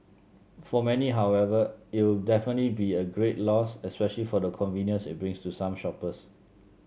for many however it'll definitely be a great loss especially for the convenience it brings to some shoppers